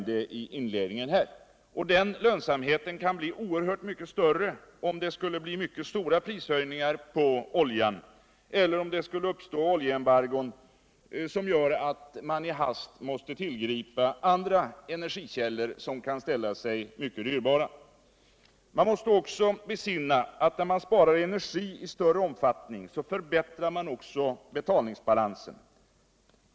Den lönsamheten kan bli oerhört mycket större om det skulle bli mycket kraftiga prishöjningar på oljan, eller om det skulle uppstå oljeembargon som gör att man i hast måste tillgripa andra energikällor, som kan ställa sig mycket dyrbara. Man måste också besinna, att när man sparar energi i större omfattning förbättrar man också betalningsbalansen.